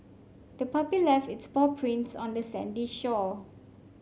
the puppy left its paw prints on the sandy shore